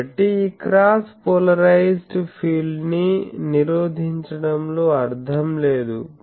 కాబట్టి ఈ cross polarised field నీ నిరోధించడంలో అర్థం లేదు